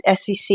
SEC